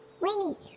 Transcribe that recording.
Winnie